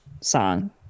song